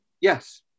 Yes